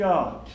God